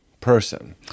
person